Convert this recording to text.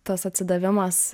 tas atsidavimas